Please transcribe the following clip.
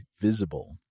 visible